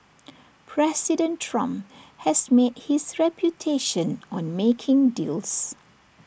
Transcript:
President Trump has made his reputation on making deals